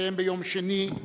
תודה לחברת הכנסת שלי יחימוביץ,